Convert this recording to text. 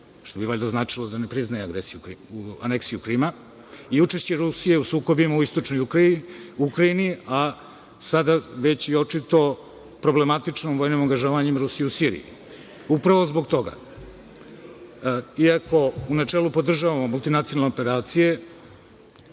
što bi valjda značilo da ne priznaje aneksiju Krima i učešće Rusije u sukobima u istočnoj Ukrajini, a sada već i očito problematičnom vojnom angažovanjem u Siriji. Upravo zbog toga, iako u načelu podržavamo multinacionalne operacije,